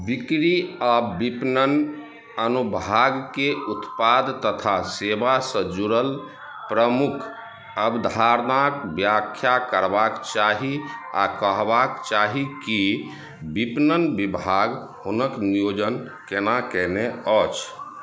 बिक्री आ विपणन अनुभागके उत्पाद तथा सेवासँ जुड़ल प्रमुख अवधारणाक व्याख्या करबाक चाही आ कहबाक चाही कि विपणन विभाग हुनक नियोजन केना कयने अछि